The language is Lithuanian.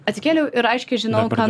atsikėliau ir aiškiai žinau ką